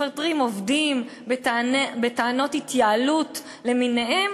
מפטרים עובדים בטענות התייעלות למיניהן,